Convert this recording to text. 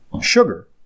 sugar